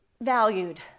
valued